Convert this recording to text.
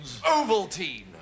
Ovaltine